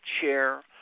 chair